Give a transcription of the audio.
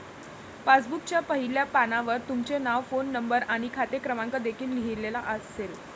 पासबुकच्या पहिल्या पानावर तुमचे नाव, फोन नंबर आणि खाते क्रमांक देखील लिहिलेला असेल